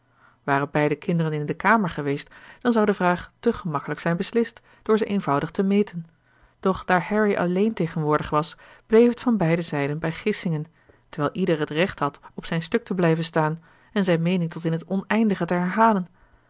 waren beide kinderen in de kamer geweest dan zou de vraag tè gemakkelijk zijn beslist door ze eenvoudig te meten doch daar harry alleen tegenwoordig was bleef het van beide zijden bij gissingen terwijl ieder het recht had op zijn stuk te blijven staan en zijne meening tot in het oneindige te herhalen